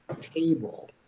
table